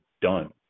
done